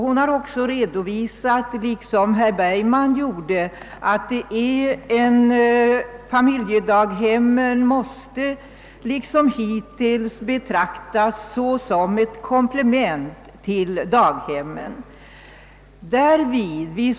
Hon har också liksom herr Bergman redovisat, varför familjedaghemmen liksom hittills måste betraktas som ett komplement till daghemmen.